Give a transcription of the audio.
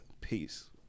Peace